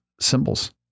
symbols